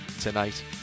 tonight